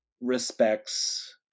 respects